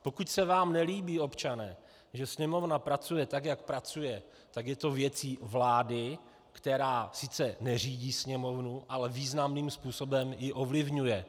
Pokud se vám nelíbí, občané, že Sněmovna pracuje tak, jak pracuje, tak je to věcí vlády, která sice neřídí Sněmovnu, ale významným způsobem ji ovlivňuje.